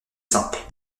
simples